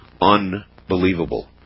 unbelievable